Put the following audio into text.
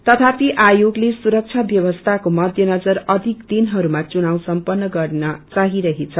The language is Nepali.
तथापि आयोगले सुरक्षा व्यवस्थाको मध्यनजर अधिक दिनहरूमा चुनाव सम्पन्न गर्नचाहिंरहेको छ